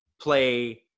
play